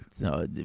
No